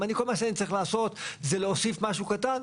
אם כל מה שאני אצטרך לעשות זה להוסיף משהו קטן,